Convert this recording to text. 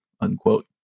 unquote